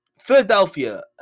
Philadelphia